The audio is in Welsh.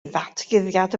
ddatguddiad